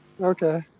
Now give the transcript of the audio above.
Okay